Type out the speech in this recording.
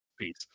Peace